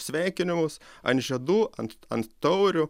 sveikinimus an žiedų ant ant taurių